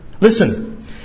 Listen